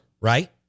Right